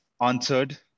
answered